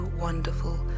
wonderful